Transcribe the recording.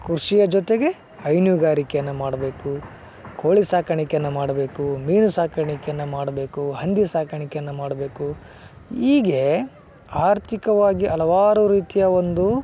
ಕೃಷಿಯ ಜೊತೆಗೆ ಹೈನುಗಾರಿಕೆಯನ್ನು ಮಾಡಬೇಕು ಕೋಳಿ ಸಾಕಾಣಿಕೇನ ಮಾಡಬೇಕು ಮೀನು ಸಾಕಾಣಿಕೇನ ಮಾಡಬೇಕು ಹಂದಿ ಸಾಕಾಣಿಕೇನ ಮಾಡಬೇಕು ಹೀಗೆ ಆರ್ಥಿಕವಾಗಿ ಹಲವಾರು ರೀತಿಯ ಒಂದು